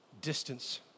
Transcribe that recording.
distance